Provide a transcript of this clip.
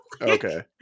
Okay